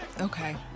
okay